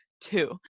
Two